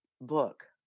book